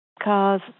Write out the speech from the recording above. Cars